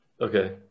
Okay